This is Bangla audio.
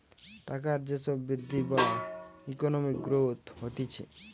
টাকার যে সব বৃদ্ধি বা ইকোনমিক গ্রোথ হতিছে